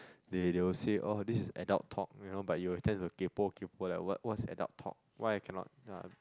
they they will say oh this is adult talk you know but you will tend to kaypo kaypo like what what's adult talk why I cannot yea